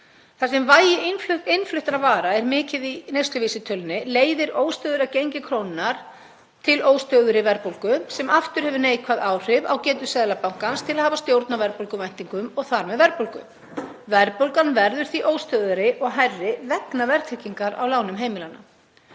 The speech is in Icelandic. Þar sem vægi innfluttra vara er mikið í neysluvísitölunni leiðir óstöðugt gengi krónunnar til óstöðugri verðbólgu sem aftur hefur neikvæð áhrif á getu Seðlabankans til að hafa stjórn á verðbólguvæntingum og þar með verðbólgu. Verðbólgan verður því óstöðugri og hærri vegna verðtryggingar á lánum heimilanna.